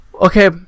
Okay